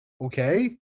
okay